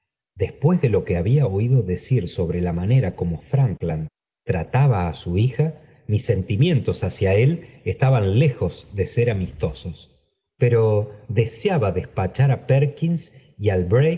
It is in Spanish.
después de lo que había oído decir sobre la manera como erankland trataba á su hija mis sentimientos hacia él estaban lejos de ser amistosos pero deseaba despachar á perkins y al